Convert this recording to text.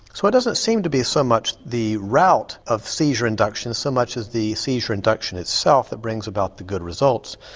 so it doesn't seem to be so much the route of seizure induction so much as the seizure induction itself that brings about the good results.